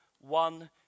One